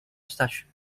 such